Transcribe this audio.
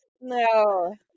No